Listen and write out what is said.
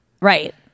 Right